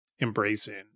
embracing